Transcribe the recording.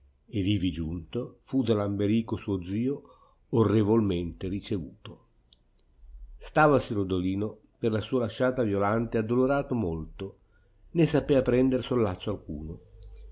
ed ivi giunto tu da lamberico suo zio orrevolmente ricevuto stavasi rodolino per la sua lasciata violante addolorato molto né sapea prender solazzo alcuno